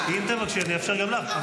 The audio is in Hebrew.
תתבייש לך.